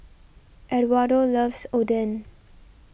Edwardo loves Oden